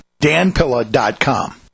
danpilla.com